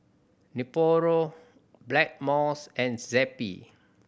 Nepro Blackmores and Zappy